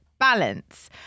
Balance